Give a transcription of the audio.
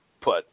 put